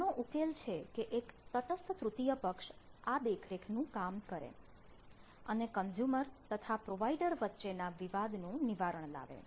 આનો ઉકેલ છે કે એક તટસ્થ તૃતીય પક્ષ આ દેખરેખનું કામ કરે અને કન્ઝ્યુમર તથા પ્રોવાઇડર વચ્ચેના વિવાદનું નિવારણ લાવે